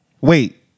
Wait